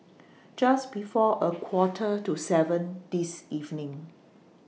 Just before A Quarter to seven This evening